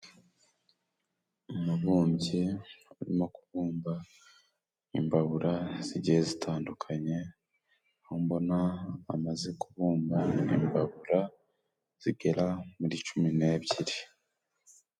Umubumbyi urimo kubumba imbabura zigiye zitandukanye, aho mbona amaze kubumba imbabura zigera muri cumi n'ebyiri.